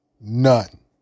None